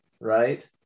right